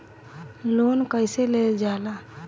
Loan कईसे लेल जाला?